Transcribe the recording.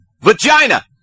Vagina